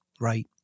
right